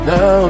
Now